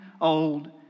old